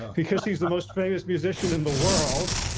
because he's the most famous musician in the world.